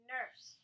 Nurse